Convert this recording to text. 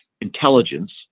intelligence